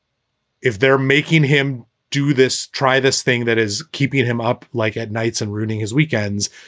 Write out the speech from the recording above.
if they're making him do this, try this thing that is keeping him up like at nights and ruining his weekends,